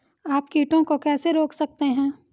आप कीटों को कैसे रोक सकते हैं?